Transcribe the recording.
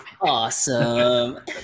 awesome